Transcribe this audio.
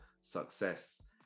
success